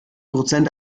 prozent